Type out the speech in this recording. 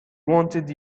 wanted